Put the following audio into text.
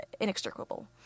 inextricable